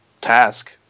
task